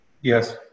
Yes